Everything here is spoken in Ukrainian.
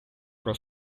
про